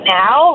now